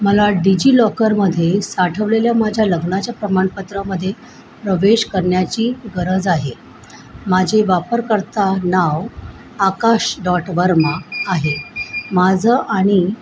मला डिजिलॉकरमध्ये साठवलेल्या माझ्या लग्नाच्या प्रमाणपत्रामध्ये प्रवेश करण्याची गरज आहे माझे वापरकर्ता नाव आकाश डॉट वर्मा आहे माझं आणि